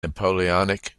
napoleonic